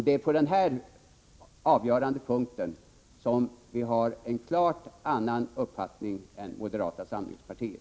Det är på den avgörande punkten som vi har en klart annan uppfattning än moderata samlingspartiet.